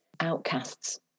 outcasts